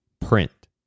print